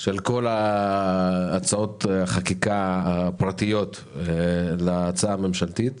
של כל הצעות החקיקה הפרטיות להצעה הממשלתית.